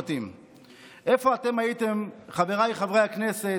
איפה אתם הייתם, חבריי חברי הכנסת?